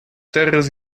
terras